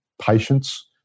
patients